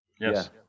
Yes